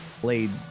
played